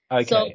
Okay